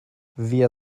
wir